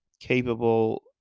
capable